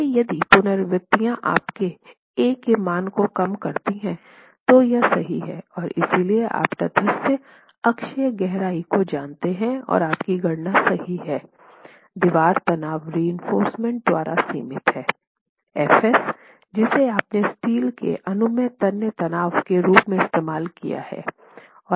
इसलिए यदि पुनरावृत्तियाँ आपके a के मान को कम करती हैं तो सही हैं और इसलिए आप तटस्थ अक्ष गहराई को जानते हैं और आपकी गणना सही है दीवार तनाव रिइंफोर्समेन्टद्वारा सीमित है Fs जिसे आपने स्टील में अनुमेय तन्य तनाव के रूप में इस्तेमाल किया है